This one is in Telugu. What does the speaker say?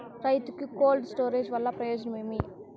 రైతుకు కోల్డ్ స్టోరేజ్ వల్ల ప్రయోజనం ఏమి?